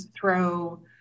throw